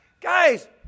Guys